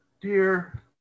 dear